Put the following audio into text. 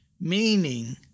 meaning